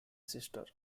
sister